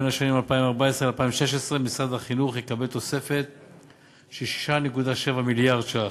בשנים 2014 2016 משרד החינוך יקבל תוספת של 6.7 מיליארד ש"ח,